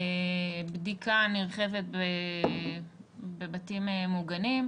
בדיקה נרחבת בבתים מוגנים,